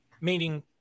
meaning